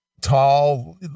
tall